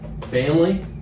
Family